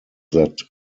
that